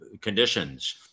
conditions